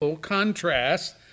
Contrast